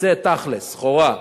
יצא תכל'ס, סחורה.